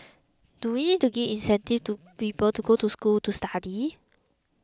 do we need to give incentives to people to go to school to study